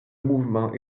mouvement